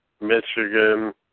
Michigan